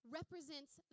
represents